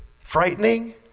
frightening